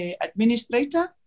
administrator